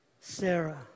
Sarah